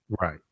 Right